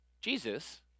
Jesus